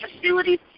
facilities